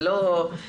זה לא פשוט.